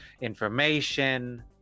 information